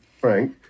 frank